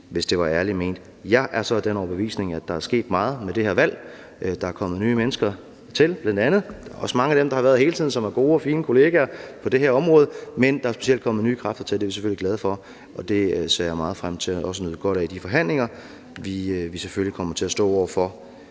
hvis det var ærligt ment. Jeg er så af den overbevisning, at der er sket meget med det her valg – der er bl.a. kommet nye mennesker til. Og der er også mange af dem, der har været her hele tiden, som er gode og fine kollegaer på det her område, men der er specielt kommet nye kræfter til, og det er vi selvfølgelig glade for, og det ser jeg meget frem til også at nyde godt af i de forhandlinger, vi selvfølgelig kommer til at stå over for